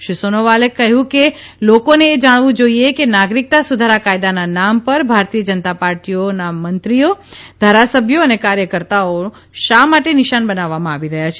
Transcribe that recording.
શ્રી સોનોવાલે કહ્યુંકે લોકોને એ જણાવું જોઇએ કે નાગરિકતા સુધારા કાયદાના નામ પર ભારતીય જનતા પાર્ટીનામંત્રીઓ ધારાસભ્યો અને કાર્યકરતાઓને શા માટે નિશાન બનાવવામાં આવી રહ્યા છે